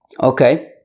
okay